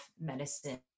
medicine